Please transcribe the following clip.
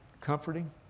comforting